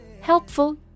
helpful